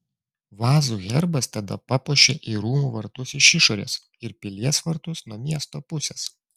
vazų herbas tada papuošė ir rūmų vartus iš išorės ir pilies vartus nuo miesto pusės